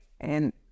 And-